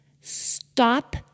Stop